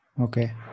Okay